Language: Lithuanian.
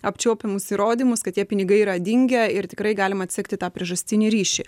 apčiuopiamus įrodymus kad tie pinigai yra dingę ir tikrai galima atsekti tą priežastinį ryšį